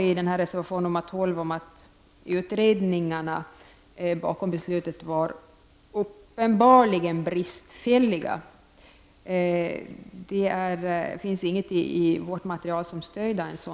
I denna reservation, nr 12, talar man också om att utredningarna bakom beslutet var uppenbarligen bristfälliga. De finns inget i konstitutionsutskottets material som stödjer detta.